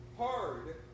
hard